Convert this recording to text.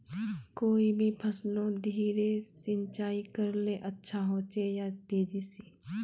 कोई भी फसलोत धीरे सिंचाई करले अच्छा होचे या तेजी से?